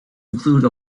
include